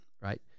right